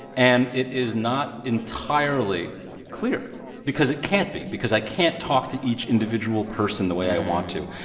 and it is not entirely clear because it can't be because i can't talk to each individual person the way i want to.